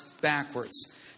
backwards